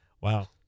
Wow